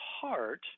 heart